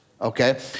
okay